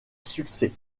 succès